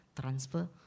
transfer